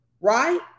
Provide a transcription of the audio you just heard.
right